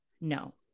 No